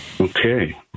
Okay